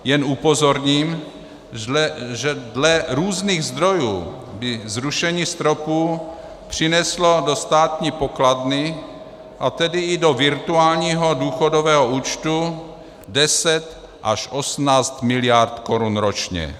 Jen upozorním, že dle různých zdrojů by zrušení stropů přineslo do státní pokladny, a tedy i do virtuálního důchodového účtu, 10 až 18 miliard korun ročně.